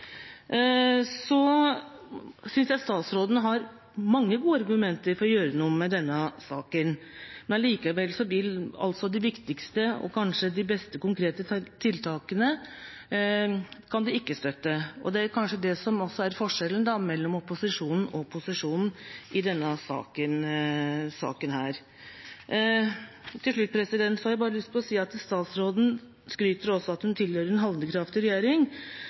Jeg synes statsråden har mange gode argumenter for å gjøre noe med denne saken, men likevel kan hun ikke støtte de viktigste, og kanskje beste, konkrete tiltakene. Det er kanskje det som er forskjellen mellom opposisjonen og posisjonen i denne saken. Til slutt har jeg lyst til å si: Statsråden skryter av at hun tilhører en handlekraftig regjering,